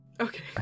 Okay